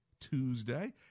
Tuesday